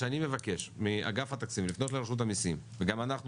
מבקש מאגף תקציבים לפנות לרשות המעסים וגם אנחנו